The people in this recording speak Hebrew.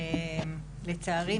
לצערי,